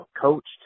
coached